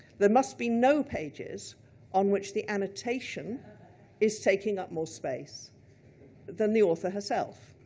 there must be no pages on which the annotation is taking up more space than the author, herself.